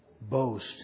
boast